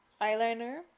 eyeliner